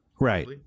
Right